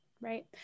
Right